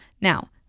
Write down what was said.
Now